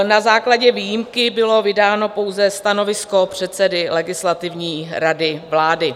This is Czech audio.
Na základě výjimky bylo vydáno pouze stanovisko předsedy Legislativní rady vlády.